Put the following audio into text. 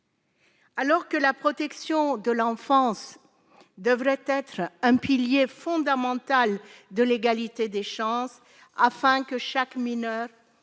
Alors que la protection de l'enfance, devrait être un pilier fondamental de l'égalité des chances, afin que chaque mineur